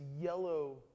yellow